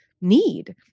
need